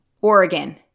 Oregon